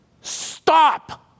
Stop